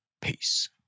Peace